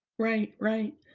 right, right.